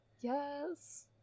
Yes